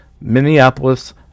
Minneapolis